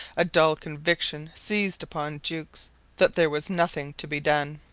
a dull conviction seized upon jukes that there was nothing to be done.